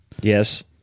Yes